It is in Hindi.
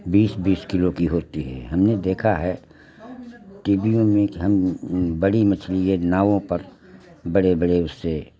बीस बीस किलो की होती है हमने देखा है टीवीयों में कि हम बड़ी मछली ये नाओं पर बड़े बड़े उससे